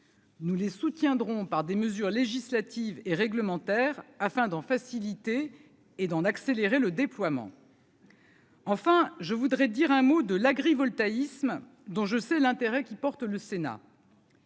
nous les soutiendrons, par des mesures législatives et réglementaires afin d'en faciliter et d'en accélérer le déploiement. Enfin, je voudrais dire un mot de l'agrivoltaïsme, dont je sais l'intérêt qu'il porte le Sénat.